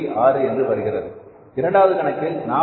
6 என்று வருகிறது இரண்டாவது கணக்கில் 0